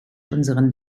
unseren